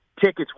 tickets